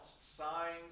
signs